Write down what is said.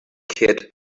kid